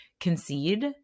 concede